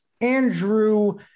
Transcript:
Andrew